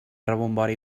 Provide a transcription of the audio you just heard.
rebombori